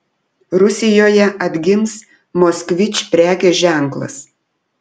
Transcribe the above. rusijoje atgims moskvič prekės ženklas